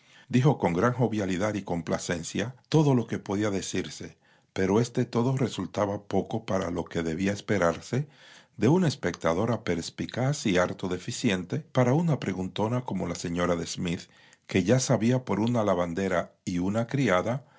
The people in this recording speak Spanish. dijo con gran jovialidad y complacencia todo lo que podía decirse pero este todo resultaba poco para lo que debía esperarse de una espectadora perspicaz y harto deficiente para una preguntona como la señora de smith que ya sabía por una lavandera y una criada